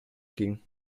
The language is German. ging